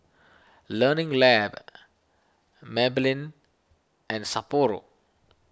Learning Lab Maybelline and Sapporo